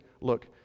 look